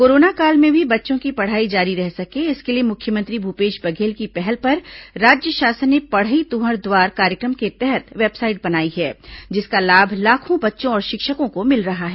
corona काल में भी बच्चों की पढ़ाई जारी रह सके इसके लिए मुख्यमंत्री भूपेश बघेल की पहल पर राज्य शासन ने पढ़ई तुंहर दुआर कार्यक्रम के तहत वेबसाइट बनाई है जिसका लाभ लाखों बच्चों और शिक्षकों को मिल रहा है